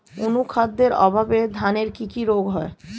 অনুখাদ্যের অভাবে ধানের কি কি রোগ হয়?